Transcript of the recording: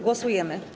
Głosujemy.